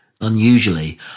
Unusually